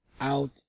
out